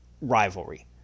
rivalry